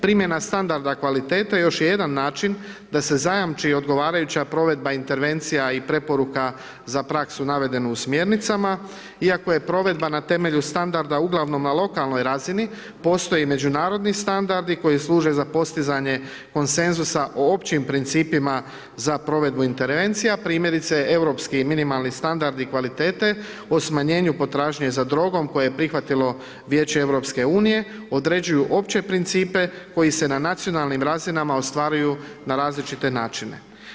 Primjena standarda kvalitete još je jedan način da se zajamči odgovarajuća provedba intervencija i preporuka za praksu navedenu u smjernicama iako je provedba na temelju standarda uglavnom na lokalnoj razini, postoji međunarodni standardi koji služe za postizanje konsenzusa o općim principima za provedbu intervencija, primjerice europski minimalni standardi kvalitete o smanjenju potražnje za drogom koje je prihvatilo Vijeće EU-a, određuju opće principe koji je na nacionalnim razinama ostvaruju na različite načine.